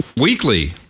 weekly